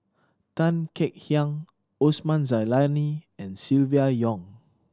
Tan Kek Hiang Osman Zailani and Silvia Yong